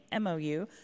MOU